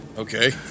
Okay